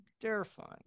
terrifying